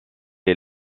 est